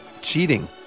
Cheating